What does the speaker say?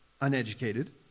uneducated